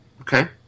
Okay